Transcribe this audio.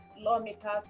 lawmakers